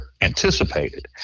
anticipated